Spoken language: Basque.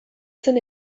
zen